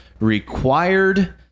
required